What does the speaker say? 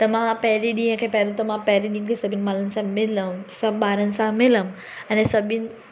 त मां पहिरें ॾींहं खे पहिरों त मां पहिरें ॾींहं ते सभिनी ॿारनि सां मिलयमि सभु ॿारनि सां मिलयमि अने सभिनी